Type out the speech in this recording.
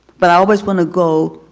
but i always want to go